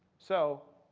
so